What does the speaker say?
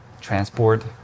transport